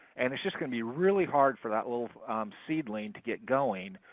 and it's just going to be really hard for that little seedling to get going,